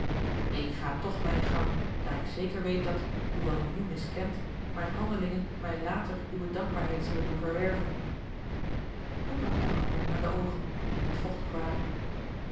ik ga toch mijn gang daar ik zeker weet dat hoewel nu miskend mijne handelingen mij later uwe dankbaarheid zullen doen verwerven hij bragt de handen aan de oogen die niet vochtig waren